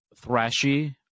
thrashy